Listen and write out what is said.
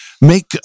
make